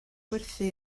gwerthu